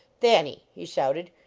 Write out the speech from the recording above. thanny! he shouted,